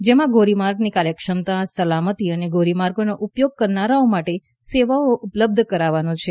જેમાં ધોરીમાર્ગોની કાર્યક્ષમતા સલામતી અને ધોરીમાર્ગોનો ઉપયોગ કરનારાઓ માટે સેવાઓ ઉપલબ્ધ કરાવવાનો છે